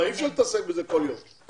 אי אפשר להתעסק בזה כל יום.